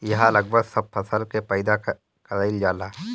इहा लगभग सब फसल के पैदा कईल जाला